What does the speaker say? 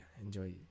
enjoy